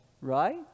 right